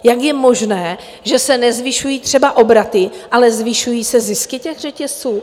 Jak je možné, že se nezvyšují třeba obraty, ale zvyšují se zisky řetězců?